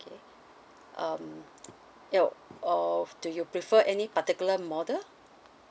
okay um you know of do you prefer any particular model